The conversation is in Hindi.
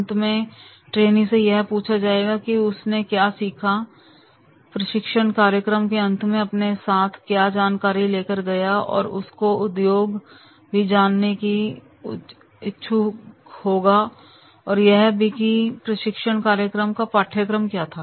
अंत में ट्रेनी से यह पूछा जाएगा कि उसने क्या सीखा प्रशिक्षण कार्यक्रम के अंत में अपने साथ क्या जानकारी लेकर गया जो उसका उद्योग भी जानने के इच्छुक होगा और यह भी कि प्रशिक्षण कार्यक्रम का पाठ्यक्रम क्या था